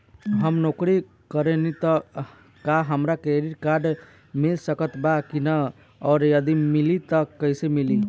हम नौकरी करेनी त का हमरा क्रेडिट कार्ड मिल सकत बा की न और यदि मिली त कैसे मिली?